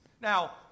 Now